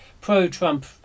pro-Trump